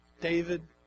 David